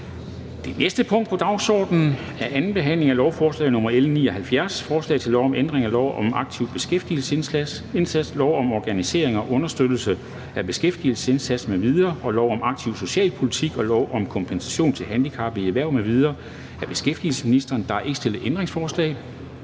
Det næste punkt på dagsordenen er: 36) 2. behandling af lovforslag nr. L 79: Forslag til lov om ændring af lov om en aktiv beskæftigelsesindsats, lov om organisering og understøttelse af beskæftigelsesindsatsen m.v., lov om aktiv socialpolitik og lov om kompensation til handicappede i erhverv m.v. (Styrket og forenklet indgang til